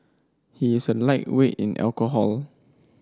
he is a lightweight in alcohol